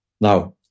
Now